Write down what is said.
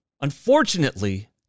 Unfortunately